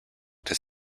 does